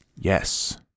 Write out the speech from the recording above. Yes